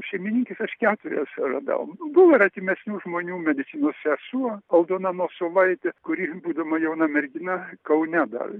šeimininkes aš keturias radau buvo ir artimesnių žmonių medicinos sesuo aldona mocovaitė kuri būdama jauna mergina kaune dar